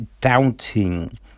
doubting